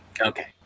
Okay